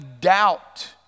doubt